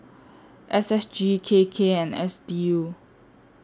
S S G K K and S D U